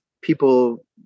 people